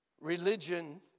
Religion